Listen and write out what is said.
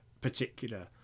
particular